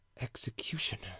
executioner